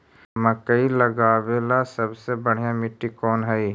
मकई लगावेला सबसे बढ़िया मिट्टी कौन हैइ?